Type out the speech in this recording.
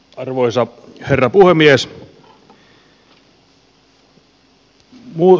arvoisa herra puhemies